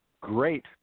great